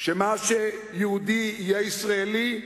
שמה שיהודי יהיה ישראלי,